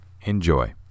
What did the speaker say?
Enjoy